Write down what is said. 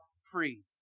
free